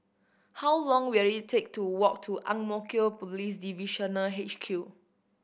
how long will it take to walk to Ang Mo Kio Police Divisional H Q